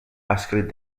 escrit